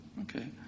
Okay